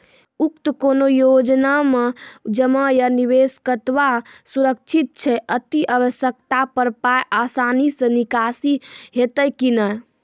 उक्त कुनू योजना मे जमा या निवेश कतवा सुरक्षित छै? अति आवश्यकता पर पाय आसानी सॅ निकासी हेतै की नै?